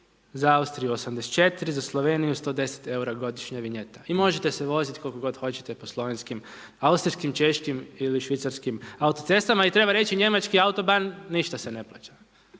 za Austriju 84, za Sloveniju 110 eura godišnje vinjeta i možete se voziti koliko godi hoćete po slovenskim, austrijskim, češkim ili švicarskim autocestama. I treba reći njemački autoban ništa se ne plaća,